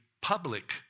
public